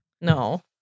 No